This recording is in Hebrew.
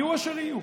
יהיו אשר יהיו: